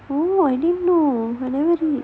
oh I didn't know